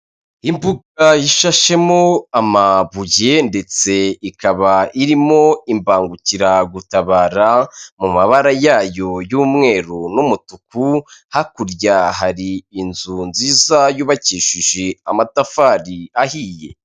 Imbuga ishashemo amabuye ndetse ikaba irimo imbangukiragutabara mu mabara yayo y'umweru n'umutuku, hakurya hari inzu nziza yubakishije amatafari ahiye.